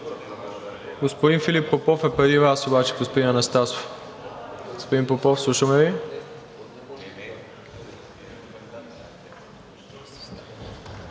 Господин Филип Попов е преди Вас, господин Анастасов. Господин Попов, слушаме Ви.